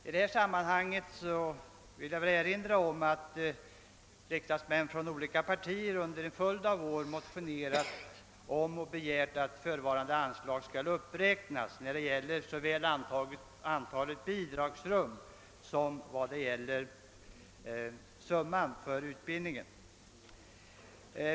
I detta sammanhang vill jag dessutom påminna om att riksdagsmän från olika partier under en följd av år i motioner framställt önskemål om en uppräkning av de aktuella anslagen i fråga om både antalet bidragsrum och den anslagna summan för utbildning.